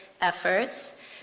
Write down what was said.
efforts